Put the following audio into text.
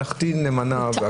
מלאכתי נאמנה והכול.